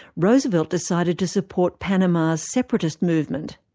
roosevelt decided to support panama's separatist movement.